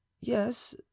yes